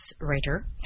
writer